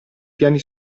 piani